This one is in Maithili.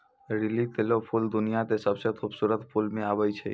लिली केरो फूल दुनिया क सबसें खूबसूरत फूल म आबै छै